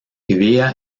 vivía